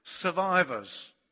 survivors